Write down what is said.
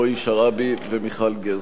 רועי שרעבי ומיכל גרסטלר.